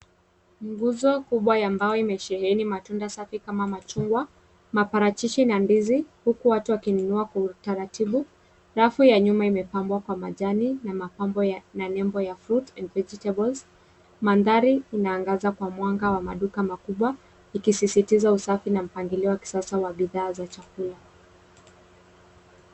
Nguzo kubwa ya mbao imesheheni matunda safi kama machungwa ,maparachichi na ndizi huku watu wakinunua kwa taratibu rafu ya nyuma imepangwa kwa majani na nembo ya fruit and vegetables mandhari inaangazia kwa mwanga wa maduka makubwa ikisisitiza usafi na mpangiliowa bidhaa za chakula.